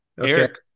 Eric